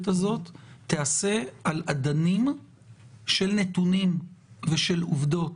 הזאת תיעשה על אדנים של נתונים ושל עובדות.